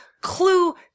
clue